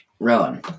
Rowan